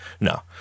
No